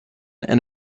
and